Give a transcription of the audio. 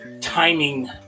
timing